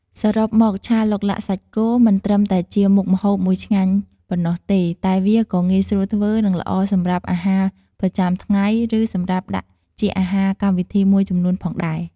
សរុបមក ឆាឡុកឡាក់សាច់គោមិនត្រឹមតែជាមុខម្ហូបមួយឆ្ងាញ់ប៉ុណ្ណោះទេ តែវាក៏ងាយស្រួលធ្វើ និងល្អសម្រាប់អាហារប្រចាំថ្ងៃ ឬសម្រាប់ដាក់ជាអាហារកម្មវិធីមួយចំនួនផងដែរ។